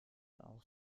auch